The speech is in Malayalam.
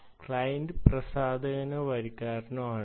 ക്ലയന്റ് പ്രസാധകനോ വരിക്കാരനോ ആണ്